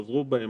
חזרו בהן.